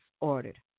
ordered